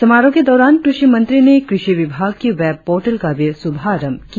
समारोह के दौरान कृषि मंत्री ने कृषि विभाग की वेब पोर्टल का भी शुभारंभ किया